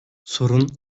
sorun